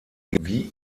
wie